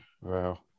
Wow